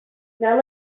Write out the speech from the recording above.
now